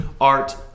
Art